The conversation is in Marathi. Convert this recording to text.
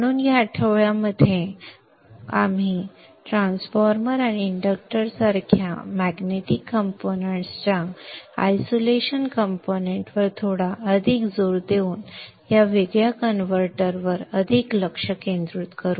म्हणून या आठवड्यात या कोर्समध्ये आम्ही ट्रान्सफॉर्मर आणि इंडक्टर सारख्या मॅग्नेटिक कंपोनेंट्स च्या आयसोलेशन कंपोनेंट्स वर थोडा अधिक जोर देऊन या वेगळ्या कन्व्हर्टरवर अधिक लक्ष केंद्रित करू